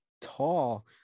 tall